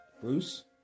Bruce